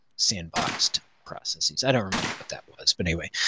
sandboxed processes, i don't remember what that was but anyway,